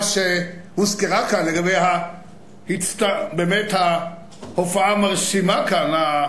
שהוזכרה כאן לגבי ההופעה המרשימה כאן,